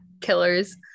killers